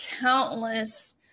countless